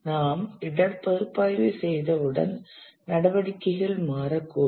நாம் இடர் பகுப்பாய்வு செய்தவுடன் நடவடிக்கைகள் மாறக்கூடும்